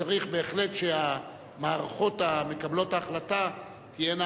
וצריך בהחלט שהמערכות המקבלות את ההחלטה תהינה